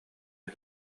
үһү